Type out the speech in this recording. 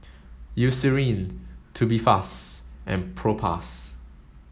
Eucerin Tubifast and Propass